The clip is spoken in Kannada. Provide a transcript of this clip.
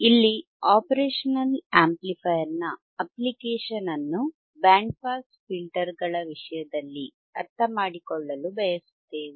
ಇಲ್ಲಿ ಆಪರೇಷನಲ್ ಆಂಪ್ಲಿಫೈಯರ್ ನ ಅಪ್ಲಿಕೇಶನ್ ಅನ್ನು ಬ್ಯಾಂಡ್ ಪಾಸ್ ಫಿಲ್ಟರ್ಗಳ ವಿಷಯದಲ್ಲಿ ಅರ್ಥಮಾಡಿಕೊಳ್ಳಲು ಬಯಸುತ್ತೇವೆ